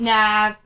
Nah